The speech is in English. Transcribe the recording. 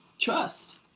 trust